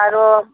আৰু